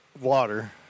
Water